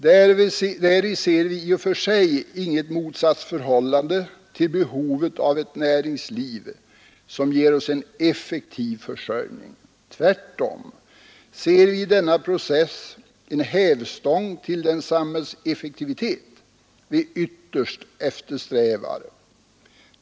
Däri ser vi i och för sig inget motsatsförhållande till behovet av ett näringsliv som ger oss en effektiv försörjning. Tvärtom ser vi i denna process en hävstång till den samhällseffektivitet vi ytterst eftersträvar.